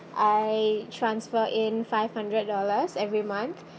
I transfer in five hundred dollars every month